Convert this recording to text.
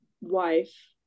wife